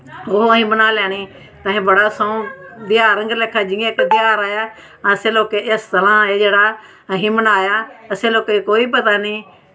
ते ओह् असें बनाई लैनी ते बड़ा सोह् इ'यां जि'यां इक बड़ा देआर आया असें लोकें एह् समां जेह्ड़ा बनाया असें लोकें कोई पता निं